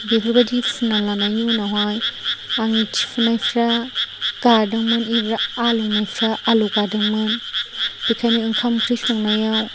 बेफोरबायदि फुननानै लानायनि उनावहाय आंनि थिफुनायफ्रा गादोंमोन एबा आलौनायफ्रा आलौ गादोंमोन बेखायनो ओंखाम ओंख्रि संनायाव